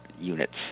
units